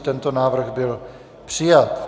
Tento návrh byl přijat.